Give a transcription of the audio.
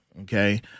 Okay